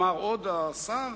אמר עוד השר,